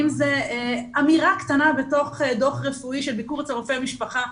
אם זה אמירה קטנה בתוך דו"ח רפואי של ביקור אצל רופא המשפחה,